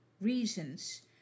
reasons